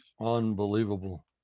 Unbelievable